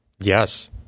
Yes